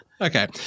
Okay